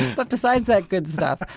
but besides that good stuff,